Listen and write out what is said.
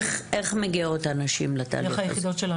איך מגיעות הנשים לתהליך?